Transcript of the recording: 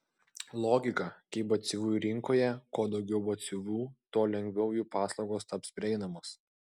logika kaip batsiuvių rinkoje kuo daugiau batsiuvių tuo lengviau jų paslaugos taps prieinamos